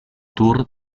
tour